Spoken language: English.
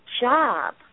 job